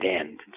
end